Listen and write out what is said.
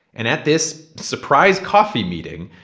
and at this surprise coffee meeting,